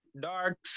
dark